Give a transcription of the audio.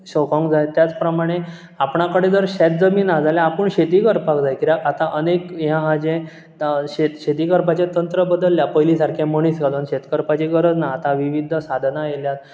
शकोंक जाय त्याच प्रमाणे आपणा कडेन जर शेत जमीन आहा जाल्या आपूण शेती करपाक जाय कित्याक आतां अनेक हें आहा जें त शे शेती करपाचे तंत्र बदल्ल्या पयलीं सारके मनीस घालून शेत करपाची गरज ना आतां विविध साधनां येयल्यात